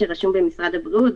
בריאות.